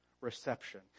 reception